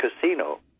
casino